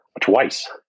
twice